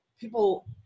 people